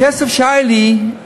הכסף שהיה לי,